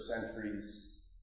centuries